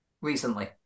recently